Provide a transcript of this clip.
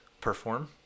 perform